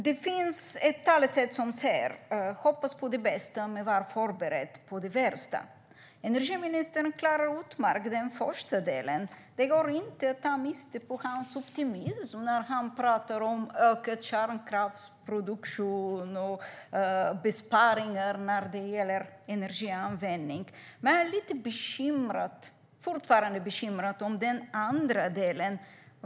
Det finns ett talesätt som lyder ungefär: Man ska hoppas på det bästa men vara förberedd på det värsta. Energiministern klarar den första delen utmärkt. Det går inte att ta miste på hans optimism när han talar om ökad kärnkraftsproduktion och besparingar i energianvändningen. Jag är dock fortsatt lite bekymrad för den andra delen.